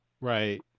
right